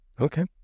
Okay